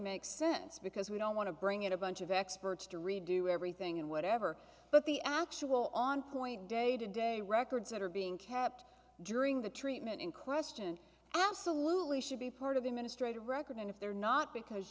makes sense because we don't want to bring in a bunch of experts to redo everything and whatever but the actual on point day to day records that are being kept during the treatment in question absolutely should be part of the administrators record and if they're not because